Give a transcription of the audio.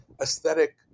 aesthetic